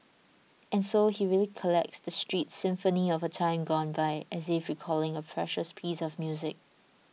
and so he recollects the street symphony of a time gone by as if recalling a precious piece of music